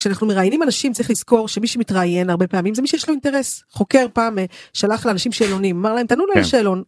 כשאנחנו מראיינים אנשים צריך לזכור שמי שמתראיין הרבה פעמים זה מי שיש לו אינטרס חוקר פעם שלח לאנשים שאלונים אמר להם תנו לי שאלון.